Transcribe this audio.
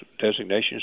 designations